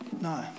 No